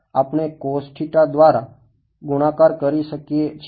આપણે દ્વારા ગુણાકાર કરી શકીએ છીએ